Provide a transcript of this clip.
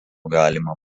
galima